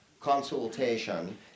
Consultation